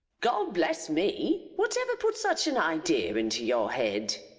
god bless me! whatever put such an idea into your head?